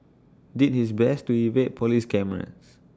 did his best to evade Police cameras